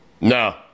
No